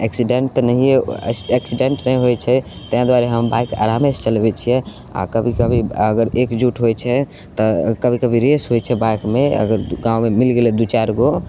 accident तऽ नहिए accident नहि होइत छै ताहि दुआरे हम बाइक आरामे से चलबैत छियै आ कभी कभी अगर एकजुट होइत छै तऽ कभी कभी रेस होइत छै बाइकमे अगर कहाँ दन मिल गेलै दू चारि गो